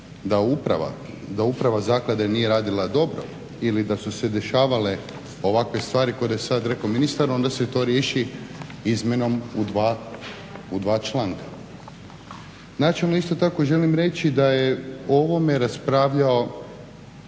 da uprava zaklade nije radila dobro ili da su se dešavale ovakve stvari koje je sada rekao ministar onda se to riješi izmjenom u dva članka. Načelno isto tako želim reći da je o ovome raspravljao